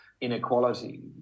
inequality